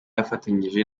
afatanyije